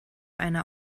eine